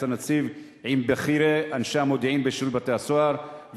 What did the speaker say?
הנציב עם בכירי אנשי המודיעין בשירות בתי-הסוהר,